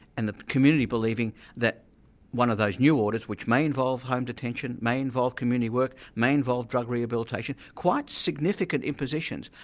and the community believing that one of those new orders which may involve home detention, may involve community work, may involve drug rehabilitation, quite significant impositions,